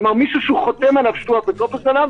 כלומר, מישהו שהוא חותם שהוא אפוטרופוס עליו,